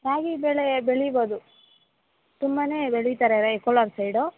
ರಾಗಿ ಬೆಳೆ ಬೆಳಿಬೌದು ತುಂಬಾ ಬೆಳೀತಾರೆ ರೈ ಕೋಲಾರ ಸೈಡು